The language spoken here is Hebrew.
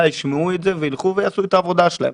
ישמעו את זה ויילכו ויעשו את העבודה שלהם.